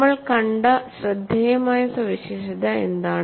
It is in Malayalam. നമ്മൾ കണ്ട ശ്രദ്ധേയമായ സവിശേഷത എന്താണ്